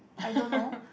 I don't know